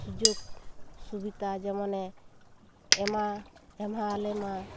ᱥᱩᱡᱳᱜᱽ ᱥᱩᱵᱤᱛᱟ ᱡᱮᱢᱚᱱᱮ ᱮᱢᱟ ᱮᱢᱟᱣ ᱞᱮᱢᱟ